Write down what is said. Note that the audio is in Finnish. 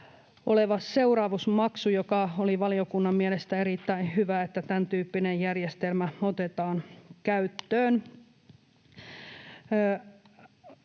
000:n seuraamusmaksu. Oli valiokunnan mielestä erittäin hyvä, että tämäntyyppinen järjestelmä otetaan käyttöön.